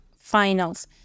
Finals